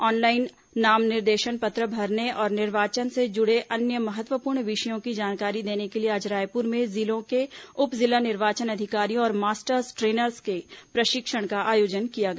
online नाम निर्देशन पत्र भरने और निर्वाचन से जुड़े अन्य महत्वपूर्ण विषयों की जानकारी देने के लिए आज रायपुर में जिलों के उप जिला निर्वाचन अधिकारियों और मास्टर्स ट्रेनर्स के प्रशिक्षण का आयोजन किया गया